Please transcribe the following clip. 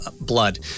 blood